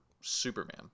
superman